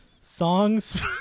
Songs